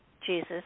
Jesus